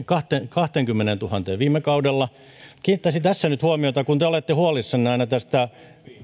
kahteenkymmeneentuhanteen viime kaudella kiinnittäisin tässä nyt huomiota kun te olette huolissanne aina tästä